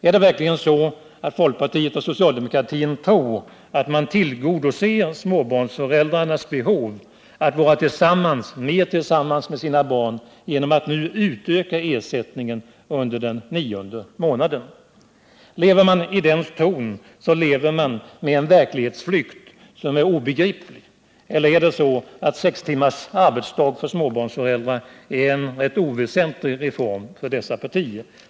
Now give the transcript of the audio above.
Är det verkligen så att folkpartiet och socialdemokratin tror att man tillgodoser småbarnsföräldrarnas behov av att vara mer tillsammans med sina barn genom att nu utöka ersättningen under den enda månaden? Lever man i den tron, så lever man med en verklighetsflykt som är obegriplig. Eller är det så, att sex timmars arbetsdag för småbarnsföräldrar är en helt oväsentlig reform för dessa partier?